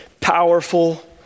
powerful